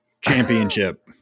championship